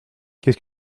qu’est